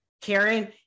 Karen